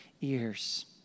ears